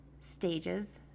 stages